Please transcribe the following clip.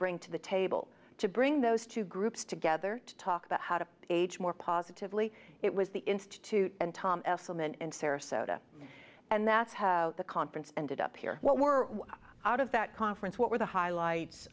bring to the table to bring those two groups together to talk about how to age more positively it was the institute and tom foreman and sarasota and that's how the conference ended up here what were out of that conference what were the highlights